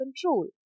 control